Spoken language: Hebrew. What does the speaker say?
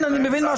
מבין,